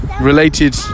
Related